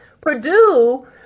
Purdue